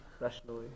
rationally